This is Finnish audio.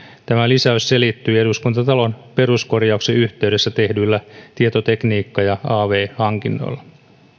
tämä lisäys selittyy eduskuntatalon peruskorjauksen yhteydessä tehdyillä tietotekniikka ja av hankinnoilla